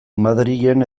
madrilen